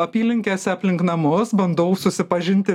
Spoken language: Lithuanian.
apylinkėse aplink namus bandau susipažinti